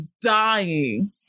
dying